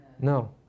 No